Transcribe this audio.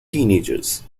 teenagers